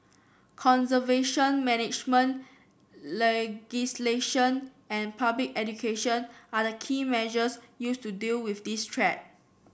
conservation management legislation and public education are the key measures used to deal with this threat